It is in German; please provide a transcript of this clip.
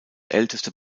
älteste